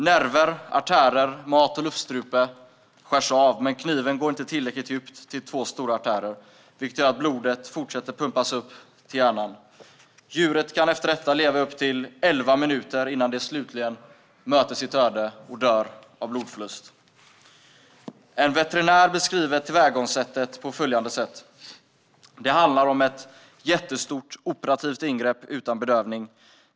Nerver, artärer, matstrupe och luftstrupe skärs av. Men kniven går inte tillräckligt djupt för att nå två stora artärer, vilket gör att blodet fortsätter pumpas till hjärnan. Djuret kan efter detta leva i upp till elva minuter innan det slutligen möter sitt öde och dör av blodförlust. En veterinär beskriver tillvägagångssättet på följande sätt: Det handlar om ett jättestort operativt ingrepp utan bedövning.